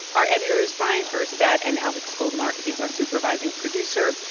our editor is bryant urstadt, and alex goldmark is our supervising producer.